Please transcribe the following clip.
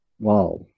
Wow